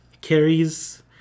Carrie's